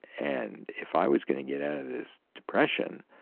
and if i was going to get out of this depression,